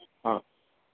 ஆ